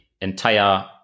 entire